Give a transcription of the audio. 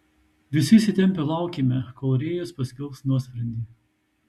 visi įsitempę laukėme kol rėjus paskelbs nuosprendį